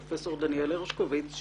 הפרופ' דניאל הרשקוביץ,